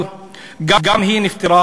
אבל גם היא נפטרה,